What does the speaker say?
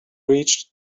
reached